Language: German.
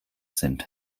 sind